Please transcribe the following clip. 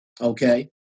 Okay